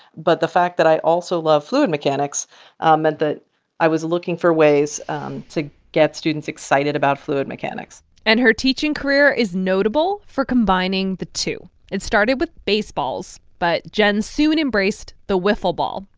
but the fact that i also love fluid mechanics um meant that i was looking for ways to get students excited about fluid mechanics and her teaching career is notable for combining the two. it started with baseballs, but jenn soon embraced the wiffle ball.